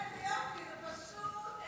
איזה יופי, זה פשוט.